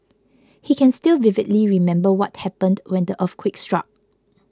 he can still vividly remember what happened when the earthquake struck